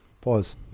Pause